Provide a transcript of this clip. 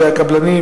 והקבלנים